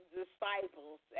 disciples